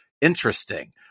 Interesting